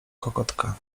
kokotka